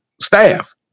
staff